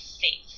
faith